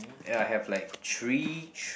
ya I have like three th~